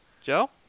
Joe